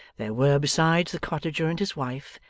there were besides, the cottager and his wife,